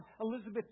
Elizabeth